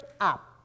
up